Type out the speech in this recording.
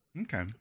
Okay